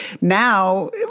now